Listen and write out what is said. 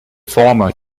former